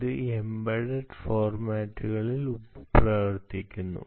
ഇത് എംബെഡ്ഡ്ഡ് പ്ലാറ്റ്ഫോമുകളിൽ പ്രവർത്തിക്കുന്നു